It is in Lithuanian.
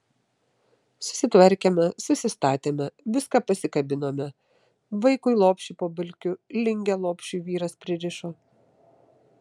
susitvarkėme susistatėme viską pasikabinome vaikui lopšį po balkiu lingę lopšiui vyras pririšo